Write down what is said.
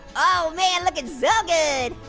oh man, lookin' so good!